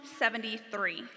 73